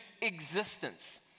existence